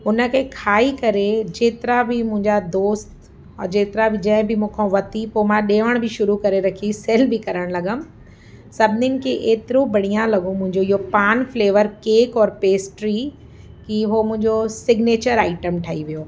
उनखे खाई करे जेतिरा बि मुंहिंजा दोस्त और जेतिरा बि जंहिं बि मूंखां वरिती पोइ मां ॾेयण बि शुरू करे रखी सेल बि करण लॻमि सभिनीनि खे एतिरो बढ़िया लॻो मुंहिंजो इहो पान फ़्लेवर केक और पेस्ट्री की हो मुंहिंजो सिग्नेचर आइटम ठही वियो